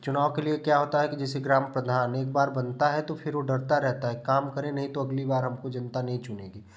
चुनाव के लिए क्या होता है कि जैसे ग्राम प्रधान एक बार बनता है तो फिर वो डरता रहता है काम करें नहीं तो अगली बार हमको जनता नहीं चुनेगी